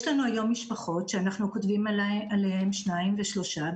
יש לנו היום משפחות שאנחנו כותבים עליהן שניים ושלושה,